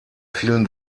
vielen